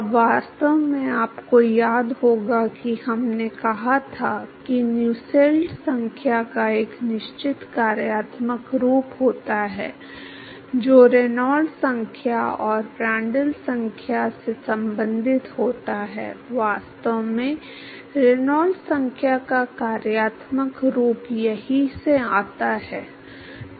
अब वास्तव में आपको याद होगा कि हमने कहा था कि नुसेल्ट संख्या का एक निश्चित कार्यात्मक रूप होता है जो रेनॉल्ड्स संख्या और प्रांड्ल संख्या से संबंधित होता है वास्तव में रेनॉल्ड्स संख्या का कार्यात्मक रूप यहीं से आता है